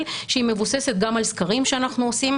שהיא מבוססת גם על סקרים שאנחנו עושים,